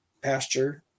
pasture